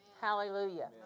Hallelujah